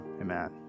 Amen